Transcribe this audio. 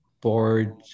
board